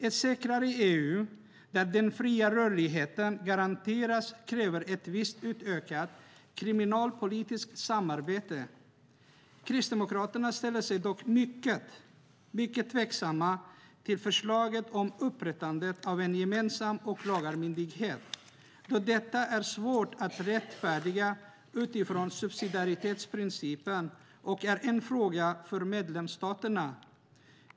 Ett säkrare EU där den fria rörligheten garanteras kräver ett visst utökat kriminalpolitiskt samarbete. Kristdemokraterna ställer sig dock mycket tveksamma till förslaget om upprättandet av en gemensam åklagarmyndighet, då detta är svårt att rättfärdiga utifrån subsidiaritetsprincipen. Det är dessutom en fråga för medlemsstaterna.